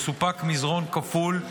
יסופק מזרן כפול,